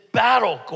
battle